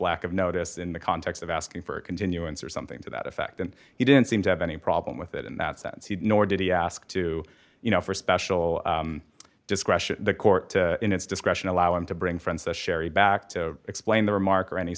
lack of notice in the context of asking for a continuance or something to that effect and he didn't seem to have any problem with it in that sense he'd nor did he ask to you know for special discretion the court in its discretion allow him to bring friends the sherry back to explain the remark or any